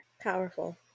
powerful